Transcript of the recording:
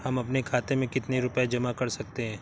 हम अपने खाते में कितनी रूपए जमा कर सकते हैं?